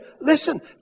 listen